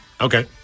Okay